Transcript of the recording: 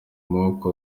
amaboko